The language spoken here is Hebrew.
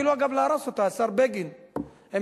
אני